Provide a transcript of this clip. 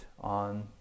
on